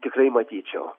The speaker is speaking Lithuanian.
tikrai matyčiau